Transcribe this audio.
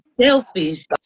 selfish